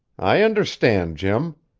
i understand, jim.